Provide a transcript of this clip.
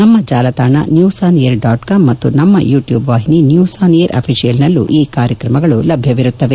ನಮ್ಮ ಜಾಲತಾಣ news on air dot com ಮತ್ತು ನಮ್ಮ ಯೂಟ್ಗೂಬ್ ವಾಹಿನಿ ನ್ಯೂಸ್ ಆನ್ ಏರ್ ಅಫಿಷಿಯಲ್ನಲ್ಲೂ ಈ ಕಾರ್ಯಕ್ರಮಗಳು ಲಭ್ಯವಿರುತ್ತವೆ